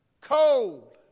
Cold